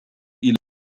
إلى